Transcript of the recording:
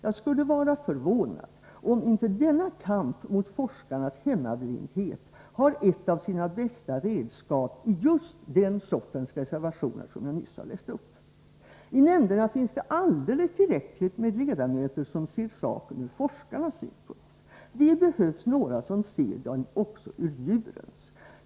Jag skulle vara förvånad om inte denna kamp mot forskarnas hemmablindhet har ett av sina bästa redskap i just den sortens reservationer som jag nyss läste upp. I nämnderna finns det alldeles tillräckligt med ledamöter som ser saken ur forskarnas synpunkt. Det behövs några som ser den också ur djurens.